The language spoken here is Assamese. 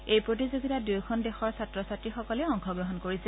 এই প্ৰতিযোগিতাত দূয়োখন দেশৰ ছাত্ৰ ছাত্ৰীসকলে অংশগ্ৰহণ কৰিছে